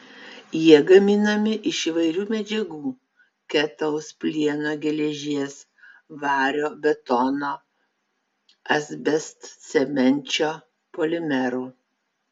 jie gaminami iš įvairių medžiagų ketaus plieno geležies vario betono asbestcemenčio polimerų